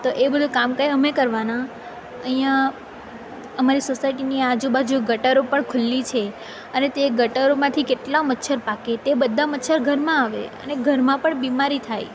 એ બધું કામ કંઈ અમે કરવાના અહીંયા અમારી સોસાયટીની આજુબાજુ ગટરો પણ ખુલ્લી છે તે ગટરોમાંથી કેટલા મચ્છર પાકે તે મચ્છર બધા ઘરમાં આવે ઘરમાં પણ બીમારી થાય